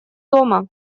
дома